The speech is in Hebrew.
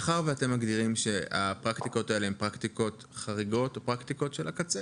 מאחר ואתם מגדירים שהפרקטיקות האלה הן פרקטיקות חריגות של הקצה,